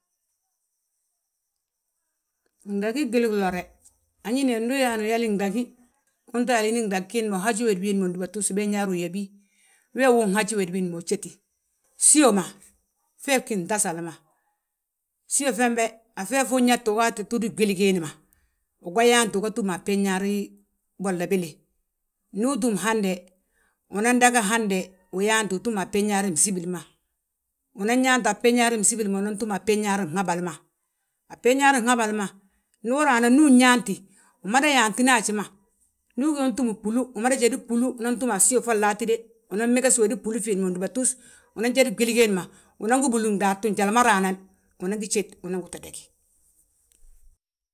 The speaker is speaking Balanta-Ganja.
Gdagí gwili glore, anín he ndu yaa hanu uyali gdagí, unto yali gdag giindi ma. Uhaji wédi wiindi ma undúbatus béñuwaar uyabí, wee wi unhaji wédi wiindi ma, ujéti. Fsíyo ma, fee fgí ftasal ma, fsíyo fembe a fee fi uyalte agaata túdi gwili giindi ma. Uga yaanti uga túm a béñuwaari bolla béle, ndu utúm hande, unan daga hande, uyaanti utúm a béñuwaar msibili ma, unan yaanta a béñuwaar msibili ma, unan túm a béñuwaar mhabal ma, a béũwaar mhabal ma. Ndu uraana ndu uyaanti, umada yaantina haji ma, ndu ugí yaa untúmi bbúlu, umada jédi bbúlu unan utúm a fsíyo folla hatíde. Unan megesi wédi fbúli fiindi ma fndúbatus, unan jédi gwili giindi ma, unan gi búlu gdaatu njali ma raanan, unangi jéde unan gi to dagí.